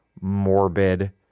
morbid